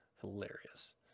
Hilarious